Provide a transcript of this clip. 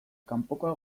kanpokoa